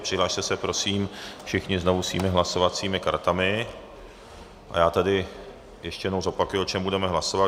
Přihlaste se prosím všichni znovu svými hlasovacími kartami a já tedy ještě jednou zopakuji, o čem budeme hlasovat.